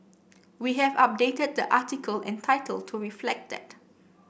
we have updated the article and title to reflect that